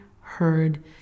heard